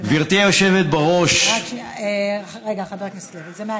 גברתי היושבת בראש, רגע, חבר הכנסת לוי, זה מהצד.